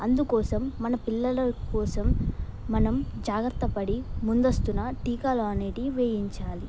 అందుకోసం మన పిల్లల కోసం మనం జాగ్రత్తపడి ముందస్తున్న టీకాలు అనేవి వేయించాలి